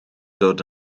dod